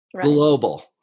global